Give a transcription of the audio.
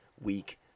Week